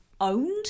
owned